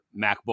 MacBook